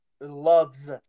Loves